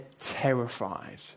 terrified